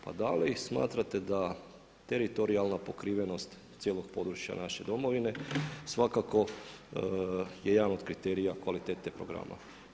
Pa da li smatrate da teritorijalna pokrivenost cijelog područja naše Domovine svakako je jedan od kriterija kvalitete programa.